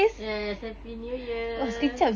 yes happy new year